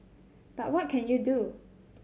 but what can you do